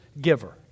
giver